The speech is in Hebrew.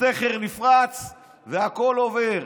הסכר נפרץ והכול עובר.